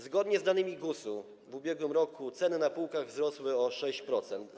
Zgodnie z danymi GUS-u w ubiegłym roku ceny na półkach wzrosły o 6%.